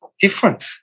different